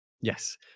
Yes